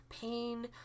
pain